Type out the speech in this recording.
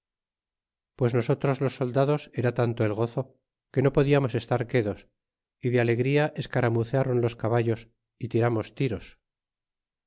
pues nosotros los soldados era tanto el gozo que no podiamos estar quedos y de alegría escaramuzaron los caballos y tiramos tiros